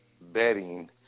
betting